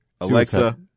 Alexa